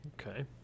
Okay